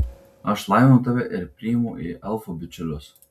aš laiminu tave ir priimu į elfų bičiulius